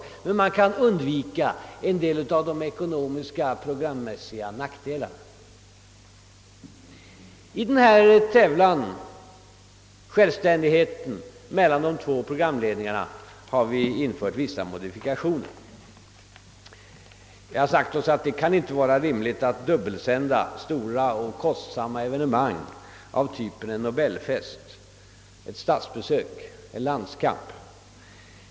Men genom denna metod kan man undvika en hel del av de ekonomiska och programmässiga nackdelarna med två självständiga företag. I de båda programledningarnas självständighet har vi infört vissa modifikationer. Det kan inte vara rimligt att dubbelsända stora och kostsamma evenemang av typen Nobelfesten, statsbesök eller landskamper.